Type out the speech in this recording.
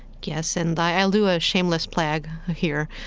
yes, and i'll do a shameless plug here,